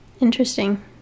Interesting